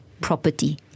property